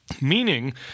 meaning